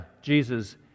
Jesus